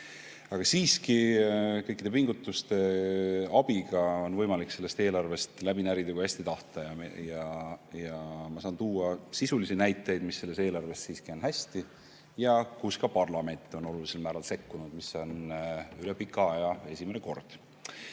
Aga siiski kõikide pingutuste abiga on võimalik sellest eelarvest läbi närida, kui hästi tahta. Ja ma saan tuua sisulisi näiteid, mis selles eelarves siiski on hästi ja kus ka parlament on olulisel määral sekkunud, mis on üle pika aja esimene